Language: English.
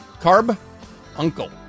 carbuncle